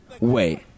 Wait